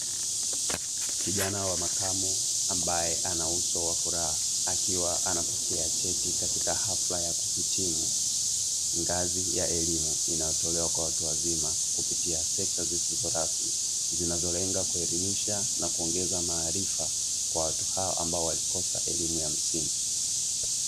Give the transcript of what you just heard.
Kijana wa makamo ambaye ana uso wa furaha, akiwa anapokea cheti katika hafla ya kuhitimu ngazi ya elimu, inayo tolewa kwa watu wazima kupitia sekta zisizo rasmi zinazo lenga kuelimisha na kuongeza maarifa kwa watu hawa ambao walikosa elimu ya msingi.